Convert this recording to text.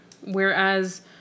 Whereas